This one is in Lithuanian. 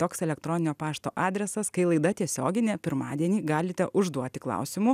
toks elektroninio pašto adresas kai laida tiesioginė pirmadienį galite užduoti klausimų